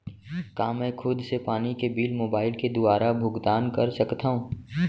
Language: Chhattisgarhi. का मैं खुद से पानी के बिल मोबाईल के दुवारा भुगतान कर सकथव?